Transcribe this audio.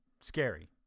scary